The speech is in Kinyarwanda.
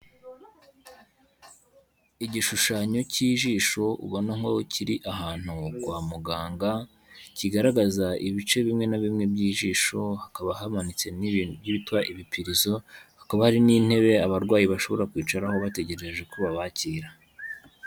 Igishushanyo cy'ijisho ubonaho kiri ahantu kwa muganga, kigaragaza ibice bimwe na bimwe by'ijisho. Hakaba hamanitsemo ibintu bitwa ibipirizo, hakaba hari n'intebe abarwayi bashobora kwicaraho bategereje uko babakira.